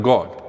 God